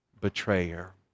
betrayer